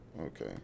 Okay